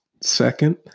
Second